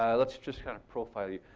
um let's just kind of profile you.